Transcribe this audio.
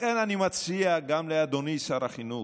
לכן אני מציע גם לאדוני שר החינוך,